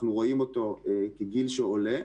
אנחנו רואים אותו כגיל שעולה,